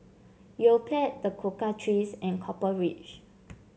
Yoplait The Cocoa Trees and Copper Ridge